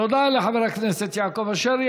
תודה לחבר הכנסת יעקב אשר.